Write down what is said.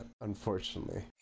unfortunately